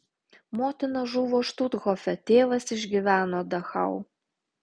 motina žuvo štuthofe tėvas išgyveno dachau